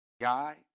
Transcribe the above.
guy